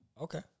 Okay